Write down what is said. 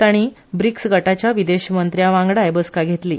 तांणी ब्रीक्स गटाच्या विदेश मंत्र्यां वांगडाय बसका घेतली